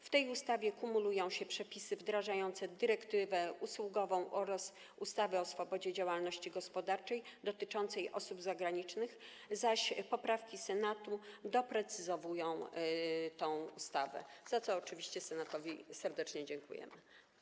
W tej ustawie kumulują się przepisy wdrażające dyrektywę usługową oraz ustawę o swobodzie działalności gospodarczej dotyczącej osób zagranicznych, zaś poprawki Senatu doprecyzowują tę ustawę, za co oczywiście Senatowi serdecznie dziękujemy.